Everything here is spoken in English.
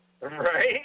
Right